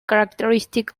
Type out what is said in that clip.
characteristic